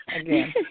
again